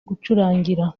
gucurangira